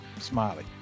Smiley